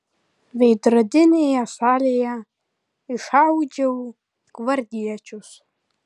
veidrodinėje salėje iššaudžiau gvardiečius